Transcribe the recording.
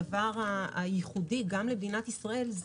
הדבר הייחודי גם למדינת ישראל הוא